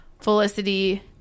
Felicity